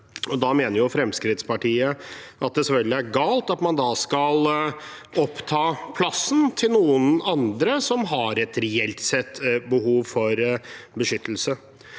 Da mener Fremskrittspartiet det selvfølgelig er galt at man skal oppta plassen til noen andre som har et reelt behov for beskyttelse.